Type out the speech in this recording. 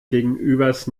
gegenübers